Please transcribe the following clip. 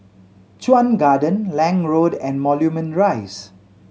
Chuan Garden Lange Road and Moulmein Rise